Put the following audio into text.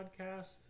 podcast